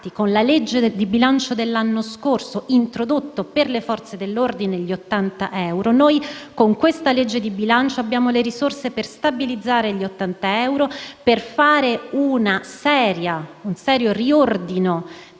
con la legge di bilancio dell'anno scorso introdotto per le Forze dell'ordine gli 80 euro, noi, con questa legge di bilancio, abbiamo le risorse per stabilizzare gli 80 euro, per fare un serio riordino